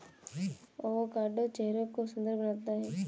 avocado चेहरे को सुंदर बनाता है